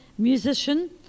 musician